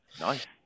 Nice